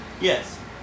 Yes